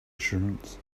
assurance